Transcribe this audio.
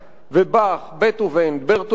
ובאך, בטהובן, ברטולד ברכט.